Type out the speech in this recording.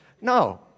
No